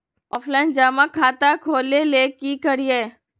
Offline जमा खाता खोले ले की करिए?